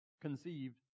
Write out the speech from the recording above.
conceived